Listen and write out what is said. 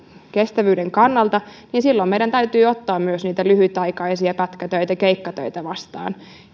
kestävyyden kannalta niin silloin meidän täytyy ottaa myös lyhytaikaisia pätkätöitä keikkatöitä vastaan